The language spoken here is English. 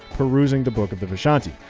perusing the book of the vishanti.